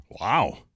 Wow